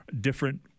different